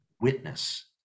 witness